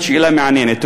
זאת שאלה מעניינת.